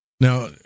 Now